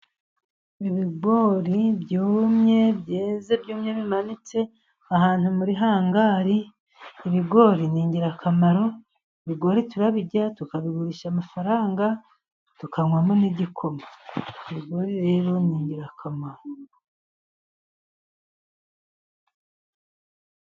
Ibigori byumye byeze byumye bimanitse ahantu muri hangari, ibigori ni ingirakamaro, ibigori turabirya tukabigurisha amafaranga tukanywamo n'igikoma. Ibigori rero ni ingirakamaro.